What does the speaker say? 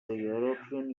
european